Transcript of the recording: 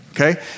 okay